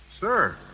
Sir